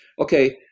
okay